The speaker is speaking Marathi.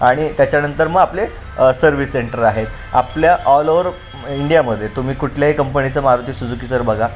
आणि त्याच्यानंतर मग आपले सर्विस सेंटर आहेत आपल्या ऑल ओवर इंडियामध्ये तुम्ही कुठल्याही कंपणीचं मारुती सुजुकी जर बघा